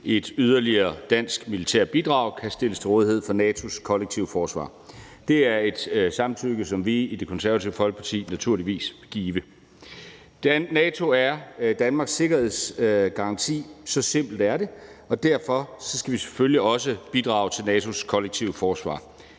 et yderligere dansk militært bidrag kan stilles til rådighed for NATO's kollektive forsvar. Det er et samtykke, som vi i Det Konservative Folkeparti naturligvis vil give. NATO er Danmarks sikkerhedsgaranti – så simpelt er det – og derfor skal vi selvfølgelig også bidrage til NATO's kollektive forsvar.